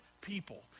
people